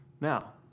Now